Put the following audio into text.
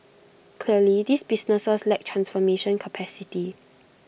clearly these businesses lack transformation capacity